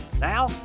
Now